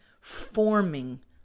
forming